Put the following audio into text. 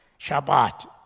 Shabbat